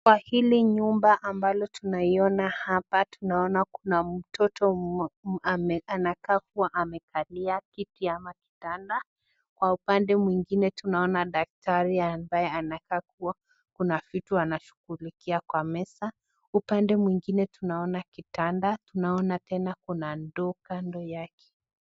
Kwa hili nyumba ambalo tunaiona hapa tunaona kuna mtoto anakaa kuwa amekalia kiti ama kitanda kwa upannde mwingine tunaona daktari ambaye anakaa kuwa kuna vitu anashughulikia kwa meza. Upande mwingine tunaona kitanda, tunaona tena kuna ndoo kando yake.